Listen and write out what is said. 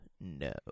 No